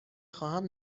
خواهم